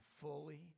fully